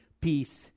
peace